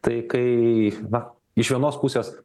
tai kai na iš vienos pusės